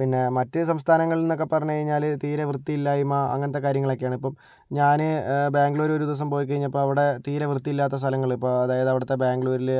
പിന്നെ മറ്റു സംസ്ഥാനങ്ങളിൽ എന്നൊക്കെ പറഞ്ഞു കഴിഞ്ഞാൽ തീരെ വൃത്തിയില്ലായ്മ അങ്ങനത്തെ കാര്യങ്ങളൊക്കെയാണ് ഇപ്പോൾ ഞാൻ ബാംഗ്ലൂർ ഒരു ദിവസം പോയി കഴിഞ്ഞപ്പോൾ അവിടെ തീരെ വൃത്തിയില്ലാത്ത സ്ഥലങ്ങൾ ഇപ്പോൾ അതായത് അവിടുത്തെ ബാംഗ്ലൂരിൽ